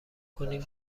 کنیم